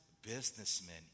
businessmen